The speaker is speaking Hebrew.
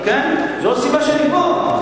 כן, זו הסיבה שאני פה.